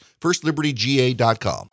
FirstLibertyGA.com